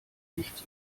nichts